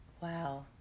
Wow